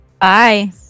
Bye